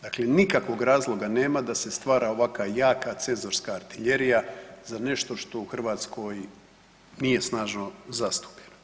Dakle, nikakvog razloga nema da se stvara ovako jaka cenzorska artiljerija za nešto što u Hrvatskoj nije snažno zastupljeno.